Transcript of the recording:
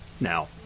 Now